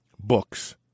books